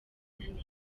neza